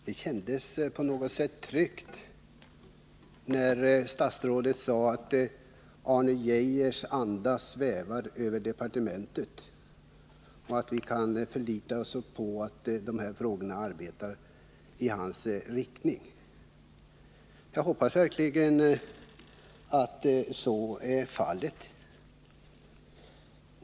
Herr talman! Det kändes på något sätt tryggt när statsrådet sade att Arne Geijers anda svävar över departementet och att vi kan förlita oss på att man arbetar med dessa frågor i den riktning som han angivit. Jag hoppas verkligen att så är fallet.